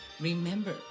remember